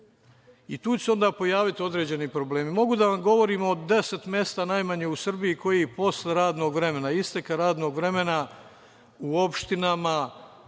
Tu će se onda pojaviti određeni problemi. Mogu da vam govorim najmanje o deset mesta u Srbiji u kojima posle radnog vremena, isteka radnog vremena, u opštinama,